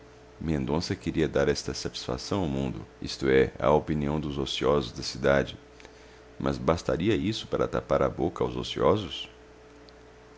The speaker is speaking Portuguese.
mendonça queria dar esta satisfação ao mundo isto é à opinião dos ociosos da cidade mas bastaria isso para tapar a boca aos ociosos